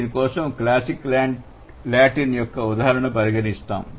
దీని కోసం classic Latin యొక్క ఉదాహరణను పరిగణిస్తాము